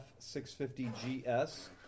F650GS